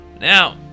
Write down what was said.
Now